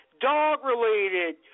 dog-related